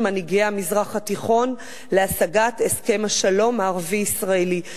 מנהיגי המזרח התיכון להשגת הסכם השלום הערבי-ישראלי,